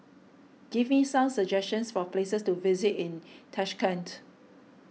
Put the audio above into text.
give me some suggestions for places to visit in Tashkent